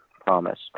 promise